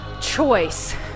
choice